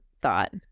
thought